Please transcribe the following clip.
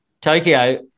Tokyo